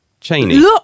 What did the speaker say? Cheney